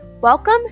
Welcome